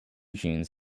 jeans